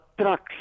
trucks